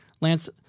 Lance